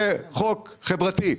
זה חוק חברתי.